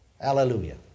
Hallelujah